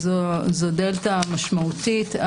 זו דלתא משמעותית.